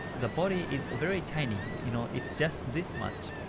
the body is very tiny, you know, it's just this much,